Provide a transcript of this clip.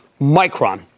Micron